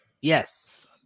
Yes